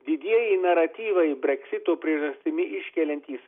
didieji naratyvai breksito priežastimi iškeliantys